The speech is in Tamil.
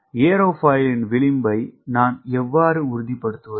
ஏரோஃபாயிலின் விளிம்பை நான் எவ்வாறு உறுதிப்படுத்துவது